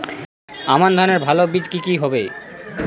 আমান ধানের ভালো বীজ কি কি হবে?